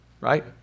Right